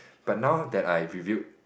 but now that I reviewed